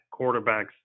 quarterbacks